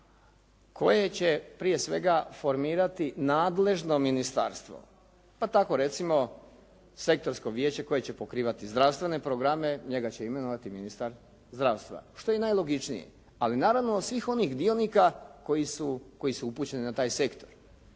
koje će prije svega formirati nadležno ministarstvo pa tako recimo sektorsko vijeće koje će pokrivati zdravstvene programe, njega će imenovati ministar zdravstva što je i najlogičnije, ali naravno od svih onih dionika koji su upućeni na taj sektor